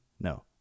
No